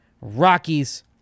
Rockies